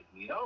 No